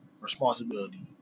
responsibility